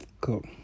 cool